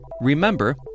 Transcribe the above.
remember